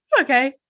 Okay